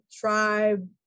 tribe